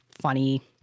funny